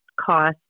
cost